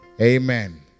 Amen